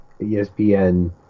ESPN